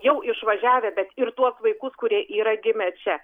jau išvažiavę bet ir tuos vaikus kurie yra gimę čia